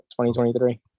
2023